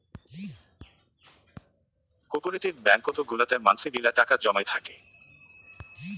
cooperative ব্যাঙ্কত গুলাতে মানসি গিলা টাকা জমাই থাকি